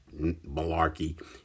malarkey